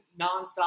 nonstop